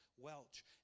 Welch